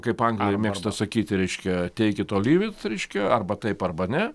kaip anglai mėgsta sakyti reiškia take it or leave it reiškia arba taip arba ne